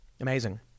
Amazing